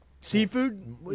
Seafood